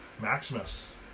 Maximus